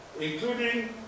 including